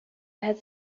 بهت